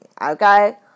Okay